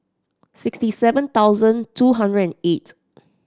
sixty seven thousand two hundred and eight